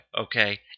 Okay